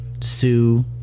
Sue